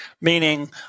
meaning